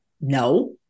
No